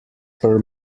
per